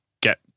get